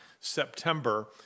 September